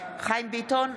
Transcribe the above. חיים ביטון,